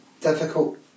difficult